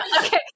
Okay